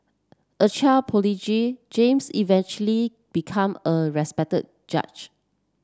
a child prodigy James eventually become a judge